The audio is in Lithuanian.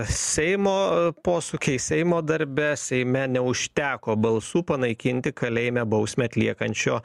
seimo posūkiai seimo darbe seime neužteko balsų panaikinti kalėjime bausmę atliekančio